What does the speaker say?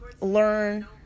learn